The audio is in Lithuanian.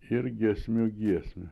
ir giesmių giesmę